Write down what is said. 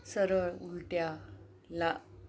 सरळ उलट्या ला